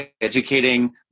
educating